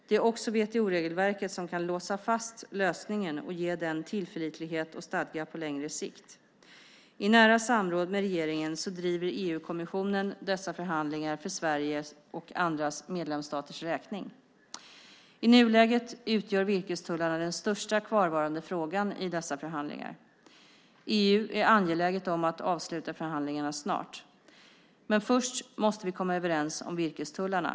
Det är också WTO-regelverket som kan "låsa fast" lösningen och ge den tillförlitlighet och stadga på längre sikt. I nära samråd med regeringen driver EU-kommissionen dessa förhandlingar för Sveriges och andra medlemsstaters räkning. I nuläget utgör virkestullarna den största kvarvarande frågan i dessa förhandlingar. EU är angeläget om att avsluta förhandlingarna snart. Men först måste vi komma överens om virkestullarna.